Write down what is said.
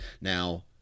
Now